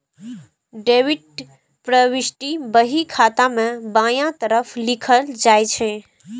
debit प्रवृष्टि बही खाता मे बायां तरफ लिखल जाइ छै